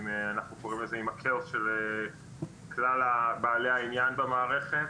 אנחנו קוראים לזה עם הכאוס של כלל בעלי העניין במערכת